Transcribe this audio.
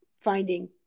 finding